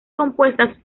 compuestas